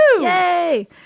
Yay